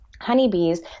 honeybees